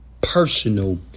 personal